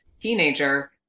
teenager